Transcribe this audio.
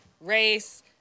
race